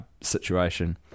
situation